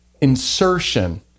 insertion